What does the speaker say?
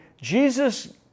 jesus